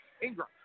Ingram